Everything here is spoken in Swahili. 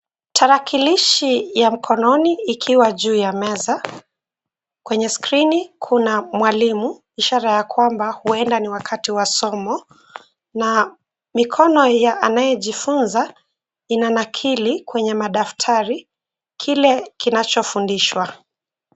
Tarakilishi ya mkononi ikiwa juu ya meza. Kwenye skrini kuna mwalimu ishara ya kwamba huenda ni wakati wa somo na mikono ya anayejifunza inanakili kwenye madaftari kile kinachofundishwa